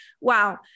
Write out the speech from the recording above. wow